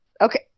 Okay